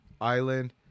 Island